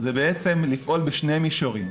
זה בעצם לפעול בשני מישורים,